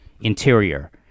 interior